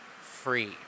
free